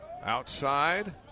Outside